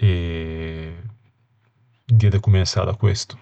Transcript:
Diæ de comensâ da questo.